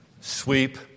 Sweep